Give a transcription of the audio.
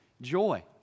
joy